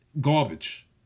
garbage